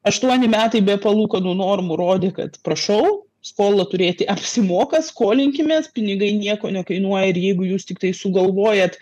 aštuoni metai be palūkanų normų rodė kad prašau skolą turėti apsimoka skolinkimės pinigai nieko nekainuoja ir jeigu jūs tiktai sugalvojat